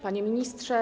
Panie Ministrze!